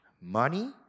money